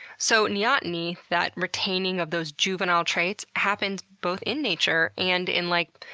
so neoteny, that retaining of those juvenile traits, happens both in nature and in, like,